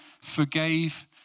forgave